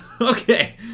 okay